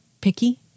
picky